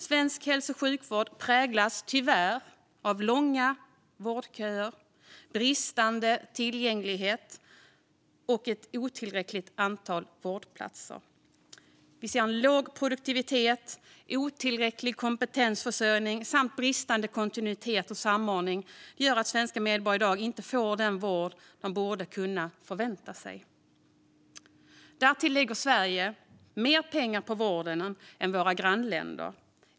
Svensk hälso och sjukvård präglas tyvärr av långa vårdköer, bristande tillgänglighet och ett otillräckligt antal vårdplatser. Vi ser att låg produktivitet, otillräcklig kompetensförsörjning och bristande kontinuitet och samordning gör att svenska medborgare i dag inte får den vård de borde kunna förvänta sig. Därtill lägger Sverige mer pengar på vården än våra grannländer.